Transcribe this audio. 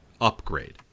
upgrade